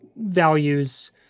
values